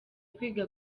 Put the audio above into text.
kwiga